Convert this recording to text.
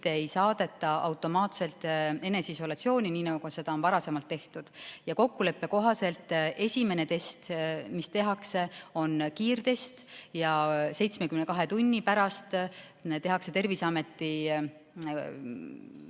ei saadeta automaatselt eneseisolatsiooni, nii nagu seda varasemalt tehti. Kokkuleppe kohaselt on esimene test, mis tehakse, kiirtest ja 72 tunni pärast tehakse Terviseameti vastutusel